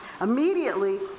Immediately